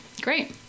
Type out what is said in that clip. Great